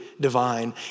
divine